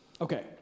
Okay